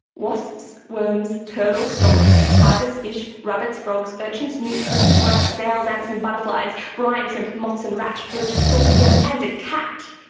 wasps, worms, turtles, dogs, spiders, fish, rabbits, frogs, urchins, newts, crickets, mice, snails, ants and butterflies, brine shrimp, moths and rats, roaches, scorpions and a cat.